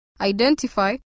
identify